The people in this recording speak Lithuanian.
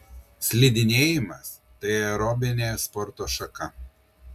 slidinėjimas tai aerobinė sporto šaka